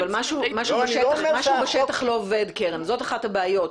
קרן, משהו בשטח לא עובד, זו אחת הבעיות.